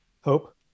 Hope